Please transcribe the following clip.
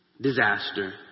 disaster